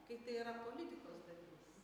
kai tai yra politikos dalyvis